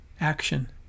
Action